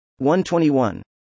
121